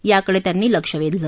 याकडे त्यांनी लक्ष वेधलं